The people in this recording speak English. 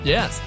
Yes